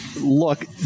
look